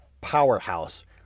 powerhouse